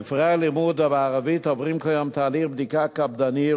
ספרי הלימוד בערבית עוברים כיום תהליך בדיקה קפדני,